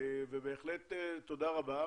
ובהחלט תודה רבה.